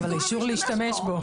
אבל אסור לו להשתמש בו.